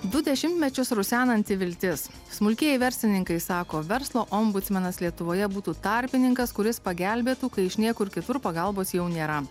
du dešimtmečius rusenanti viltis smulkieji verslininkai sako verslo ombudsmenas lietuvoje būtų tarpininkas kuris pagelbėtų kai iš niekur kitur pagalbos jau nėra